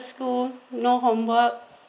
school no homework